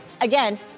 Again